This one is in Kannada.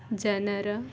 ಜನರ